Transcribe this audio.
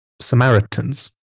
Samaritans